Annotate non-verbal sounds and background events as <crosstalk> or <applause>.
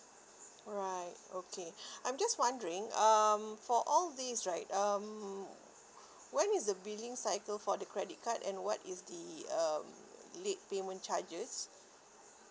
right okay <breath> I'm just wondering um for all these right um when is the billing cycle for the credit card and what is the um late payment charges